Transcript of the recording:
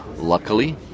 Luckily